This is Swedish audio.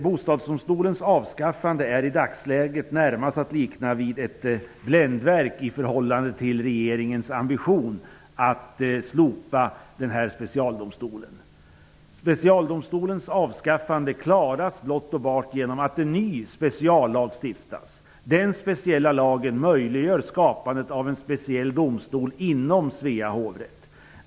Bostadsdomstolens avskaffande är i dagsläget närmast att likna vid ett bländverk i förhållande till regeringens ambition att slopa denna specialdomstol. Specialdomstolens avskaffande klaras blott och bart genom att en ny speciallag stiftas. Den speciella lagen möjliggör skapandet av en speciell domstol inom Svea hovrätt.